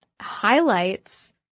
highlights